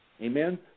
Amen